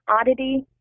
oddity